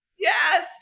yes